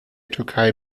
türkei